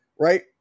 right